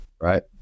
right